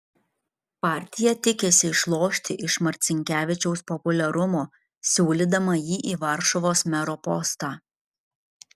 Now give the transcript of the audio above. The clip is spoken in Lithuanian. partija tikisi išlošti iš marcinkevičiaus populiarumo siūlydama jį į varšuvos mero postą